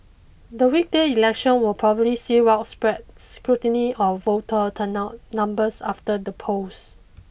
the weekday election will probably see widespread scrutiny of voter turnout numbers after the polls